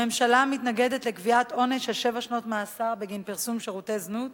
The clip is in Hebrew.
הממשלה מתנגדת לקביעת עונש של שבע שנות מאסר בגין פרסום שירותי זנות